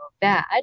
bad